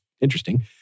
interesting